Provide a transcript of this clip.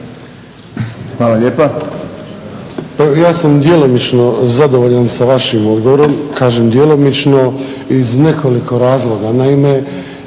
Pa evo ja sam djelomično zadovoljan sa vašim odgovorom. Kažem djelomično iz nekoliko razloga. Naime,